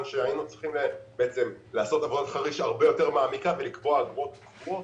שהיינו צריכים לעשות עבודת חריש הרבה יותר מעמיקה ולקבוע אגרות קבועות.